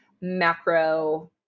macro